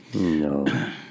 No